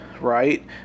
right